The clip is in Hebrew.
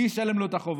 מי ישלם לו את החובות?